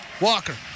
Walker